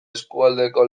eskualdeko